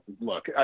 look